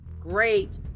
Great